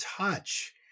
touch